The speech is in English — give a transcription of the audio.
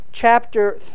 chapter